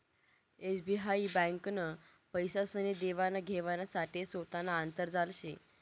SBI ब्यांकनं पैसासनी देवान घेवाण साठे सोतानं आंतरजाल शे